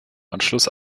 anschluss